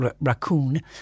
raccoon